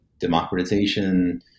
Democratization